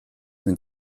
mit